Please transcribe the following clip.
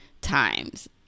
times